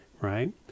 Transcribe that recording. right